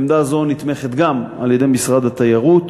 עמדה זו נתמכת גם על-ידי משרד התיירות